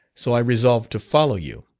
so i resolved to follow you.